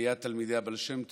בעליית תלמידי הבעל שם טוב,